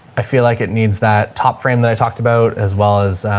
i feel like it needs that top frame that i talked about as well as,